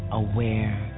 aware